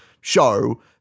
show